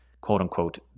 quote-unquote